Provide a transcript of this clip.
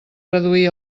reduir